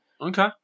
Okay